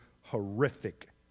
horrific